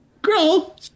Girl